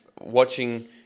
watching